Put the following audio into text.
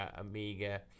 amiga